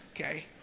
Okay